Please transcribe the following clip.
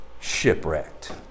shipwrecked